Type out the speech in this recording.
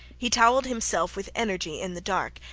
he towelled himself with energy in the dark,